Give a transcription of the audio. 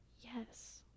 yes